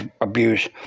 abuse